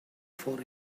for